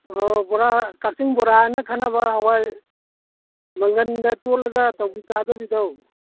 ꯑꯣ ꯕꯣꯔꯥ ꯀꯛꯆꯤꯡ ꯕꯣꯔꯥ ꯍꯥꯢꯅ ꯈꯪꯅꯕ ꯍꯋꯥꯏ ꯃꯪꯒꯟꯗ ꯇꯣꯠꯂꯒ ꯇꯧꯕꯤ ꯊꯥꯗꯕꯤꯗꯣ